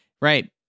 right